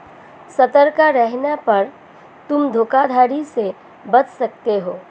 सतर्क रहने पर तुम धोखाधड़ी से बच सकते हो